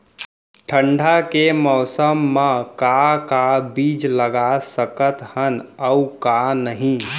ठंडा के मौसम मा का का बीज लगा सकत हन अऊ का नही?